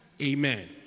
Amen